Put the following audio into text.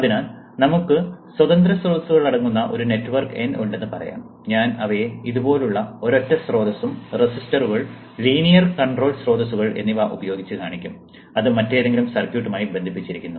അതിനാൽ നമുക്ക് സ്വതന്ത്ര സ്രോതസ്സുകൾ അടങ്ങുന്ന ഒരു നെറ്റ്വർക്ക് N ഉണ്ടെന്ന് പറയാം ഞാൻ അവയെ ഇതുപോലുള്ള ഒരൊറ്റ സ്രോതസ്സും റെസിസ്റ്ററുകൾ ലീനിയർ കൺട്രോൾ സ്രോതസ്സുകൾ എന്നിവ ഉപയോഗിച്ച് കാണിക്കും അത് മറ്റേതെങ്കിലും സർക്യൂട്ടുമായി ബന്ധിപ്പിച്ചിരിക്കുന്നു